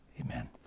Amen